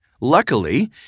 Luckily